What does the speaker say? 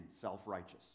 self-righteous